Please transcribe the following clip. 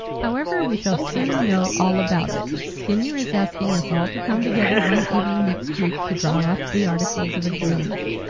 however, we shall soon know all about it. skinyer is asking us all to come together one evening next week to draw up the articles of agreement.